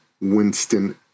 Winston